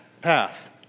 path